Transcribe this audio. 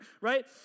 right